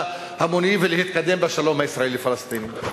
המונית ולהתקדם בשלום הישראלי-פלסטיני.